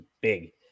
big